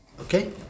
Okay